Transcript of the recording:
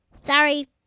Sorry